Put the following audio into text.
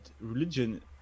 religion